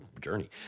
Journey